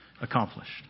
accomplished